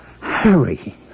Harry